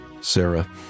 Sarah